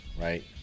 right